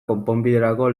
konponbiderako